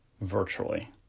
virtually